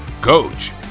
coach